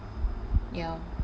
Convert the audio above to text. yup